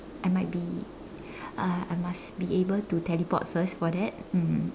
I might be uh I must be able to teleport first for that mm